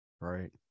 right